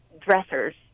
dressers